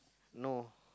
no